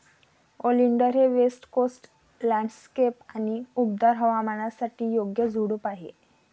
oleander हे west coast landscape आणि उबदार हवामानासाठी योग्य झुडूप आहे